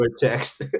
text